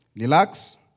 relax